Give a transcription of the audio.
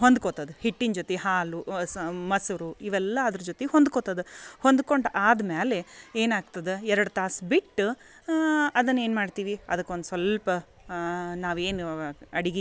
ಹೊಂದ್ಕೊತದೆ ಹಿಟ್ಟಿನ ಜೊತೆ ಹಾಲು ಸಮ್ ಮೊಸರು ಇವೆಲ್ಲ ಅದ್ರ ಜೊತೆ ಹೊಂದ್ಕೊತದೆ ಹೊಂದ್ಕೊಂಡು ಆದ ಮೇಲೆ ಏನಾಗ್ತದೆ ಎರಡು ತಾಸು ಬಿಟ್ಟು ಅದನ್ನು ಏನ್ಮಾಡ್ತೀವಿ ಅದಕ್ಕೊಂದು ಸ್ವಲ್ಪ ನಾವೇನು ಅಡಿಗಿಗೆ